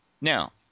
Now